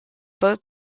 both